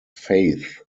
faith